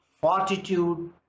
fortitude